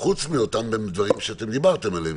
חוץ מאותם דברים שאתם דיברתם עליהם,